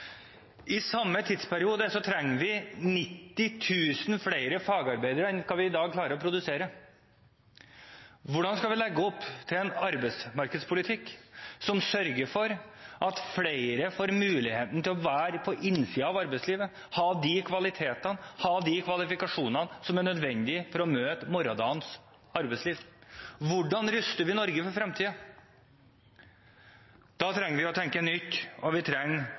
I samme tidsperiode trenger vi 90 000 flere fagarbeidere enn vi i dag klarer å produsere. Hvordan skal vi legge opp til en arbeidsmarkedspolitikk som sørger for at flere får muligheten til å være på innsiden av arbeidslivet, ha de kvalitetene, ha de kvalifikasjonene som er nødvendig for å møte morgendagens arbeidsliv? Hvordan ruster vi Norge for fremtiden? Da trenger vi å tenke nytt, og vi trenger